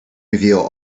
reveal